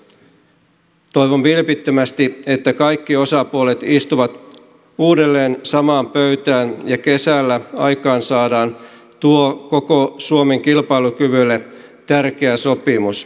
toivon vilpittömästi että kaikki osapuolet istuvat uudelleen samaan pöytään ja kesällä aikaansaadaan tuo koko suomen kilpailukyvylle tärkeä sopimus